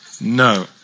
No